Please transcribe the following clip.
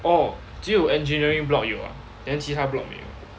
orh 只有 engineering block 有啊 then 其他 block 没有